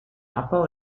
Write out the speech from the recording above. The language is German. abbau